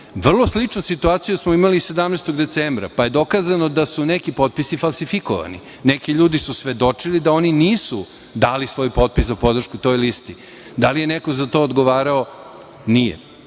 Vrlo sličnu situaciju smo imali 17. decembra, pa je dokazano da su neki potpisi falsifikovani. Neki ljudi su svedočili da oni nisu dali svoj potpis za podršku toj listi. Da li je neko za to odgovarao? Nije.